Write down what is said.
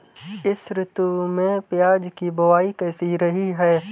इस ऋतु में प्याज की बुआई कैसी रही है?